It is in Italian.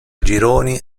gironi